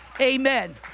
Amen